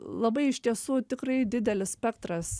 labai iš tiesų tikrai didelis spektras